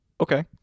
Okay